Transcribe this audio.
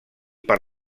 per